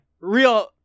Real